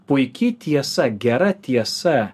puiki tiesa gera tiesa